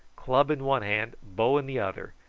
club in one hand, bow in the other,